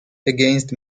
against